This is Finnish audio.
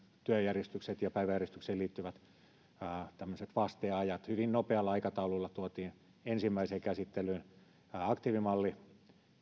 työjärjestykset ja päiväjärjestykseen liittyvät vasteajat ja hyvin nopealla aikataululla tuotiin ensimmäiseen käsittelyyn tämä aktiivimalli